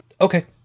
okay